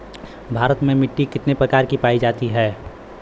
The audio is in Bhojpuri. भारत में मिट्टी कितने प्रकार की पाई जाती हैं?